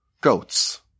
goats